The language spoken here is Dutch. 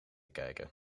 kijken